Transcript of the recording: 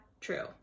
true